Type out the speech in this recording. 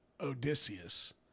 Odysseus